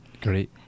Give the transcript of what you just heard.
Great